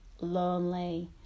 lonely